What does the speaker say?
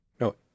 no